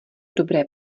dobré